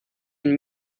and